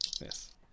Yes